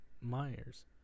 Myers